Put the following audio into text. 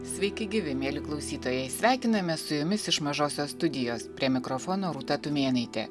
sveiki gyvi mieli klausytojai sveikinamė su jumis iš mažosios studijos prie mikrofono ta tumėnaitė